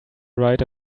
write